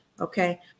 okay